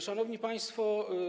Szanowni Państwo!